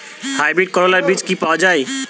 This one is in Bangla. হাইব্রিড করলার বীজ কি পাওয়া যায়?